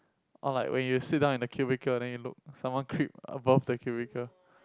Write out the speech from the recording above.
or like when you sit down at the cubicle then you look creep above the cubicle